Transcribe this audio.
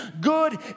good